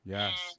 Yes